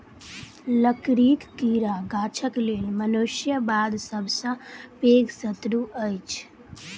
लकड़ीक कीड़ा गाछक लेल मनुष्य बाद सभ सॅ पैघ शत्रु अछि